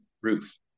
roof